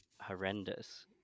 horrendous